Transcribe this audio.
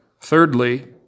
Thirdly